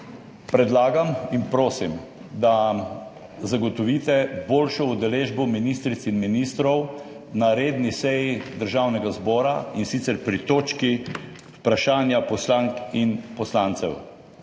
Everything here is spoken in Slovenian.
Predlagam in prosim, da zagotovite boljšo udeležbo ministric in ministrov na redni seji Državnega zbora, in sicer pri točki Vprašanja poslank in poslancev.